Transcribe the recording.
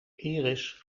iris